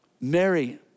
Mary